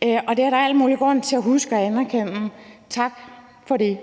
og det er der al mulig grund til at huske at anerkende. Tak for det.